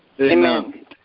Amen